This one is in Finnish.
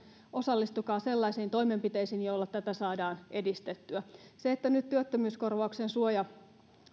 osallistukaa sellaisiin toimenpiteisiin joilla tätä saadaan edistettyä se että nyt työttömyyskorvauksen suojaosa